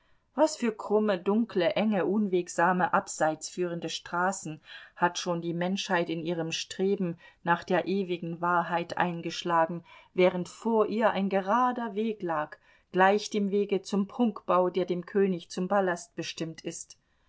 was für krumme dunkle enge unwegsame abseits führende straßen hat schon die menschheit in ihrem streben nach der ewigen wahrheit eingeschlagen während vor ihr ein gerader weg lag gleich dem wege zum prunkbau der dem könig zum palast bestimmt ist